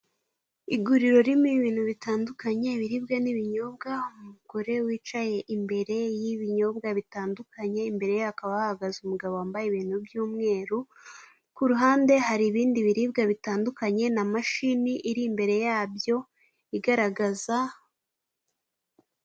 Iguriro ririmo ibintu bitandukanye ibiribwa n'ibinyobwa. Umugore wicaye imbere y'ibinyobwa bitandukanye, imbere ye hakaba hahagaze umugabo wambaye ibintu by'umweru, ku ruhande hari ibindi biribwa bitandukanye na mashini iri imbere yabyo igaragaza.